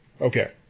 Okay